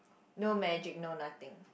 no magic no nothing